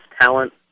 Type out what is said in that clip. talent